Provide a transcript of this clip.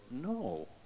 no